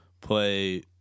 play